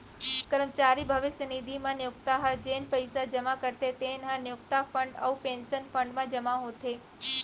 करमचारी भविस्य निधि म नियोक्ता ह जेन पइसा जमा करथे तेन ह नियोक्ता फंड अउ पेंसन फंड म जमा होथे